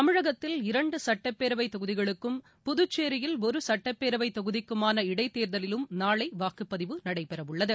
தமிழகத்தில் இரண்டுசட்டப்பேரவைத் தொகுதிகளுக்கும் புதுச்சேரியில் ஒருசட்டப்பேரவைதொகுதிக்குமான இடைத்தேர்தலிலும் நாளைவாக்குப்பதிவு நடைபெறவுள்ளது